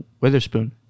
Witherspoon